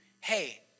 hey